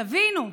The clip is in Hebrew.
תבינו,